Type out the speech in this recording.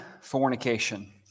fornication